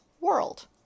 world